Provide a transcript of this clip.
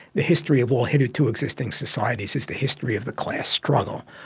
the history of all hitherto existing societies is the history of the class struggle.